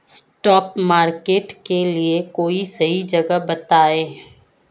spot market के लिए कोई सही जगह बताएं